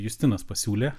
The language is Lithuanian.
justinas pasiūlė